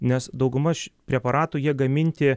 nes dauguma š preparatų jie gaminti